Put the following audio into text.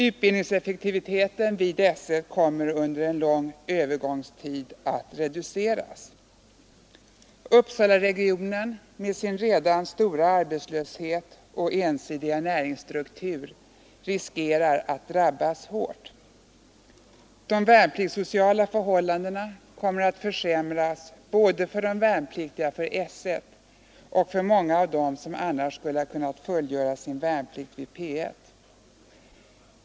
Utbildningseffektiviteten vid S I kommer under en lång övergångstid att reduceras. Uppsalaregionen med sin redan stora arbetslöshet och ensidiga näringsstruktur riskerar att drabbas hårt. De värnpliktssociala förhållandena kommer att försämras både för de värnpliktiga vid S I och för många av dem som annars skulle ha kunnat fullgöra sin värnplikt vid P 1.